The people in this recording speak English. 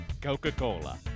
Coca-Cola